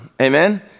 Amen